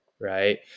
right